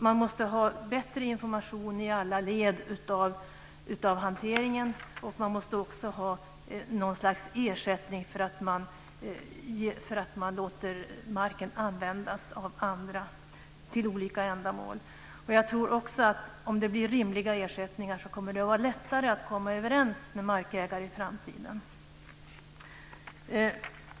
Man måste ha bättre information i alla led av hanteringen. Det måste också finnas någon slags ersättning för att man låter marken användas av andra till olika ändamål. Om det blir rimliga ersättningar tror jag också att det kommer att vara lättare att komma överens med markägare i framtiden.